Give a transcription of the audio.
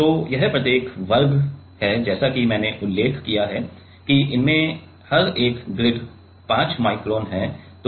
तो यह प्रत्येक वर्ग है जैसा कि मैंने उल्लेख किया है कि इनमे हर एक ग्रिड 5 माइक्रोन है